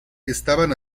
estaban